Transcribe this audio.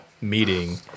meeting